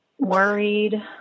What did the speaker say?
worried